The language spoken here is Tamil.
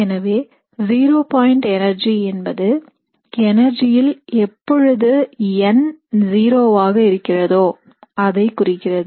எனவே ஜீரோ பாயிண்ட் எனர்ஜி என்பது எனர்ஜியில் எப்பொழுது n ஜீரோவாக இருக்கிறதோ அதை குறிக்கிறது